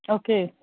okay